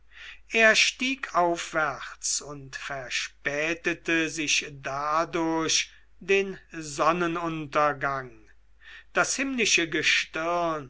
er stieg aufwärts und verspätete sich dadurch den sonnenuntergang das himmlische gestirn